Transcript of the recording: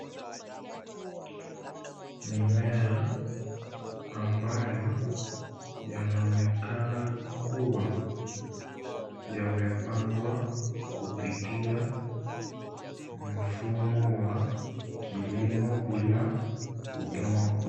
Mimea ambayo yanaonekana kuwa yamepandwa kupitia mfumo wa kilimo bila udongo.